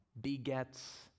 begets